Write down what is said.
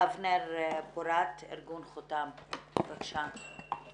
אבנר פורת, ארגון חותם, בבקשה.